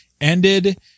ended